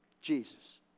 Jesus